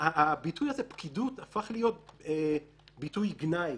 הביטוי הזה "פקידות" הפך לביטוי גנאי.